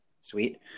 sweet